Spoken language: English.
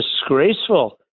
disgraceful